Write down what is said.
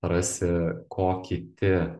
rasi ko kiti